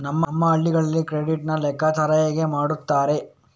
ನಮ್ಮ ಹಳ್ಳಿಗಳಲ್ಲಿ ಕ್ರೆಡಿಟ್ ನ ಲೆಕ್ಕಾಚಾರ ಹೇಗೆ ಮಾಡುತ್ತಾರೆ?